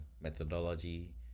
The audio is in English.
methodology